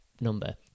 number